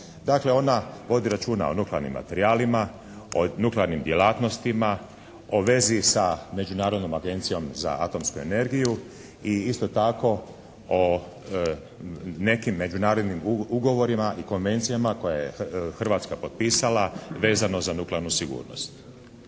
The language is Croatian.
Dakle ona vodi računa o nuklearnim materijalima, o nuklearnim djelatnostima, o vezi sa Međunarodnom agencijom za atomsku energiju. I isto tako o nekim međunarodnim ugovorima i konvencijama koje je Hrvatska potpisala vezano za nuklearnu sigurnost.